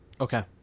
Okay